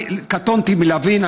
קטונתי מלהבין.